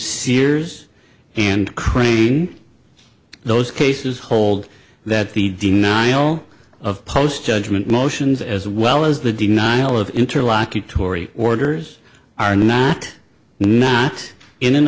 years and craning those cases hold that the denial of post judgment motions as well as the denial of interlocutor tory orders are not not in an